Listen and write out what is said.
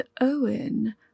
Owen